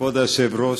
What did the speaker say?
כבוד היושב-ראש,